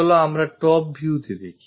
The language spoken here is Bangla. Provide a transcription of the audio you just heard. চলো আমরা top view তে দেখি